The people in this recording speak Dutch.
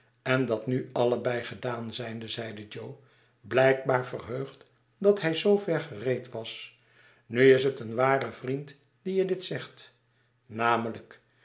en dat nu allebei gedaan zijnde zeide jo blijkbaar verheugd dat hij zoo ver gereed was nu is het een ware vriend die je dit zegt namelijk